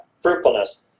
fruitfulness